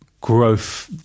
growth